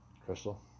Crystal